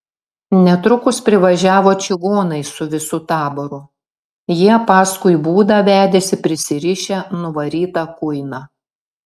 netrukus privažiavo čigonai su visu taboru jie paskui būdą vedėsi prisirišę nuvarytą kuiną